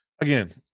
again